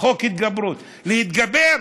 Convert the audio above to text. חוק התגברות, להתגבר.